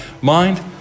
Mind